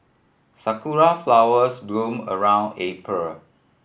sakura flowers bloom around April